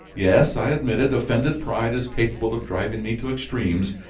yes, i admit it, offended pride is capable of driving me to extremes.